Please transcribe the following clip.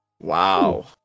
Wow